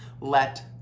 Let